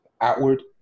outward